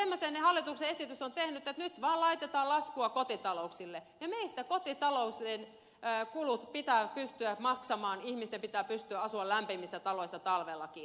mutta tämmöisen esityksen hallitus on tehnyt että nyt vaan laitetaan laskua kotitalouksille ja meistä kotitalouksien kulut pitää pystyä maksamaan ihmisten pitää pystyä asumaan lämpimissä taloissa talvellakin